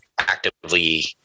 actively